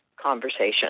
conversation